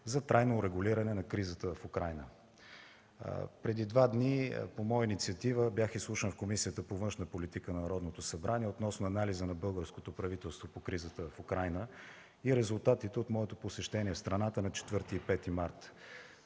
за трайно урегулиране на кризата в Украйна. Преди два дни по моя инициатива бях изслушан в Комисията по външна политика на Народното събрание относно анализа на българското правителство по кризата в Украйна и резултатите от моето посещение в страната на 4 и 5 март.